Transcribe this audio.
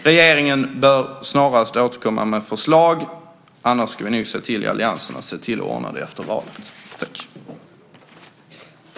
Regeringen bör snarast återkomma med förslag - annars ska vi i alliansen nog se till att ordna det efter valet.